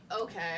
okay